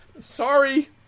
Sorry